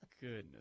Goodness